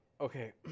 Okay